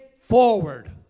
forward